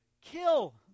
kill